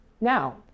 Now